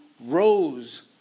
rose